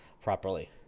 properly